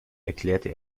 erklärte